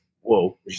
Whoa